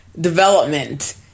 development